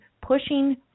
pushing